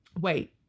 Wait